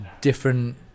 different